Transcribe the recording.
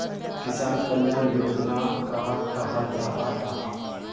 किसान कल्याण योजना कहाक कहाल जाहा जाहा?